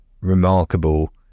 remarkable